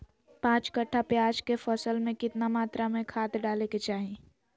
पांच कट्ठा प्याज के फसल में कितना मात्रा में खाद डाले के चाही?